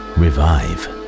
revive